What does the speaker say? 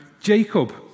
Jacob